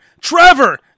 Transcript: Trevor